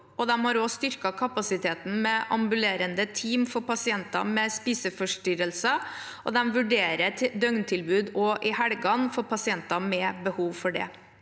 de har også styrket kapasiteten med ambulerende team for pasienter med spiseforstyrrelser, og de vurderer et døgntilbud også i helgene for pasienter med behov for det.